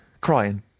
Crying